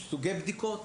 ישנן סוגי בדיקות,